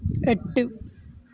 എട്ട്